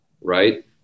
Right